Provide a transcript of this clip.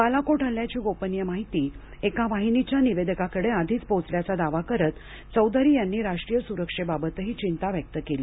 बालाकोट हल्ल्याची गोपनीय माहिती एका वाहिनीच्या निवेदकाकडं आधीच पोहोचल्याचा दावा करत चौधरी यांनी राष्ट्रीय सुरक्षेबाबतही चिंता व्यक्त केली